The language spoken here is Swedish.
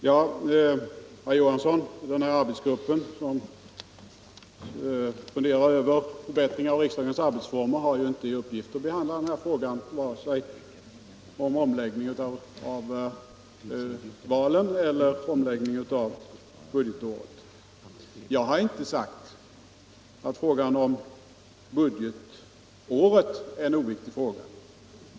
Herr talman! Den arbetsgrupp, herr Johansson i Trollhättan, som funderar över förbättringar av riksdagens arbetsformer har ju inte i uppgift att behandla frågorna om omläggning vare sig av riksdagsvalen eller av budgetåret. Jag har inte sagt att frågan om budgetåret är oviktig.